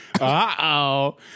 Uh-oh